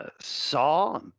Saw